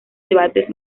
debates